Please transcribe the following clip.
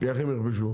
איך הם יכבשו?